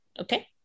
Okay